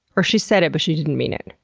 or she said it, but she didn't mean it,